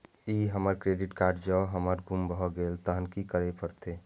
ई हमर credit card जौं हमर गुम भ गेल तहन की करे परतै?